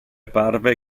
parve